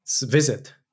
visit